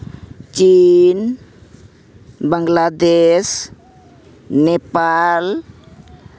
ᱪᱤᱱ ᱵᱟᱝᱞᱟᱫᱮᱥ ᱱᱮᱯᱟᱞ